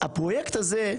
הפרויקט הזה,